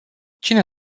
cine